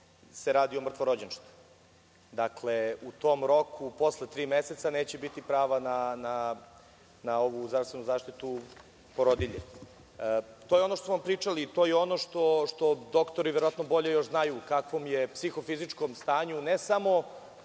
se radi o mrtvorođenčetu. U tom roku posle tri meseca neće biti prava na ovu zdravstvenu zaštitu porodilje. To je ono što smo vam pričali. To je ono što doktori verovatno bolje znaju u kakvom je psihofizičkom stanju ne samo